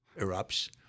erupts